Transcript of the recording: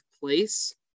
place